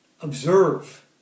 Observe